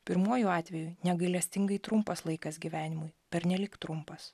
pirmuoju atveju negailestingai trumpas laikas gyvenimui pernelyg trumpas